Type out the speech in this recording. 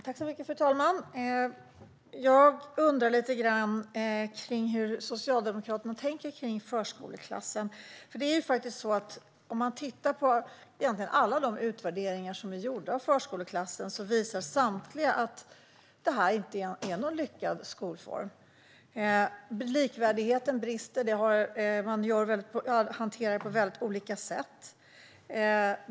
Fru talman! Jag undrar hur Socialdemokraterna tänker kring förskoleklassen. Samtliga utvärderingar som gjorts av förskoleklassen visar att det inte är någon lyckad skolform. Likvärdigheten brister, och det hanteras på väldigt olika sätt.